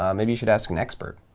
um maybe you should ask an expert.